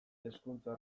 hezkuntza